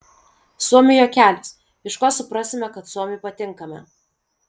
suomių juokelis iš ko suprasime kad suomiui patinkame